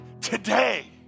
today